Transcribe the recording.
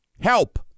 help